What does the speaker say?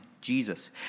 Jesus